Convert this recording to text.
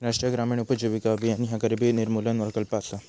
राष्ट्रीय ग्रामीण उपजीविका अभियान ह्या गरिबी निर्मूलन प्रकल्प असा